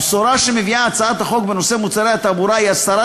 הבשורה שמביאה הצעת החוק בנושא מוצרי התעבורה היא הסרת